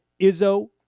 Izzo